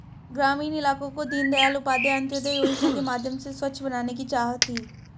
ग्रामीण इलाकों को दीनदयाल उपाध्याय अंत्योदय योजना के माध्यम से स्वच्छ बनाने की चाह थी